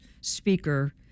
Speaker